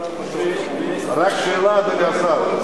רק שאלה, אדוני השר.